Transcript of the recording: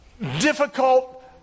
difficult